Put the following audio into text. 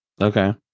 Okay